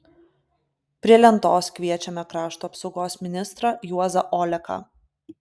prie lentos kviečiame krašto apsaugos ministrą juozą oleką